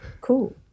cool